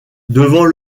devant